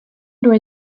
where